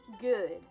Good